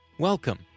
Welcome